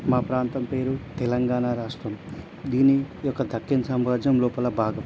మా ప్రాంతం పేరు తెలంగాణా రాష్ట్రం దీని ఈయొక్క దక్కన్ సామ్రాజ్యం లోపల భాగం